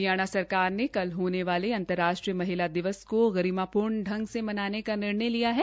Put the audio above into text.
हरियाणा सरकार ने कल होने वाले अंतर्राष्ट्रीय महिला दिवस को गरिमा पूर्ण ग से मनाने का निर्णय लिया है